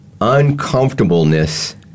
uncomfortableness